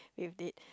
you did